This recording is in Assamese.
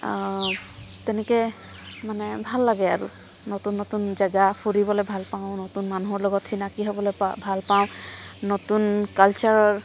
তেনেকৈ মানে ভাল লাগে আৰু নতুন নতুন জেগা ফুৰিবলৈ ভাল পাওঁ নতুন মানুহৰ লগত চিনাকি হ'বলৈ পাওঁ ভাল পাওঁ নতুন কালচাৰৰ